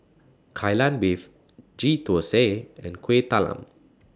Kai Lan Beef Ghee Thosai and Kueh Talam